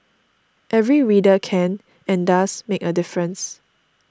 every reader can and does make a difference